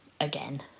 Again